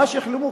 מה שיחלמו,